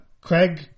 Craig